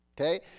okay